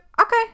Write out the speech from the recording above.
Okay